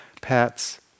pets